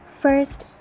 First